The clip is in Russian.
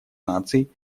наций